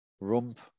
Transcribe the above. rump